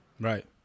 Right